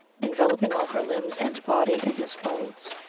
envelop ing all her limbs and body in his folds.